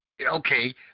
Okay